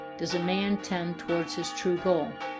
does a man tend towards his true goal.